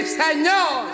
señor